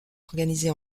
organisés